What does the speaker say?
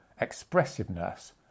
expressiveness